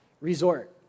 resort